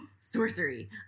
Sorcery